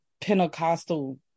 Pentecostal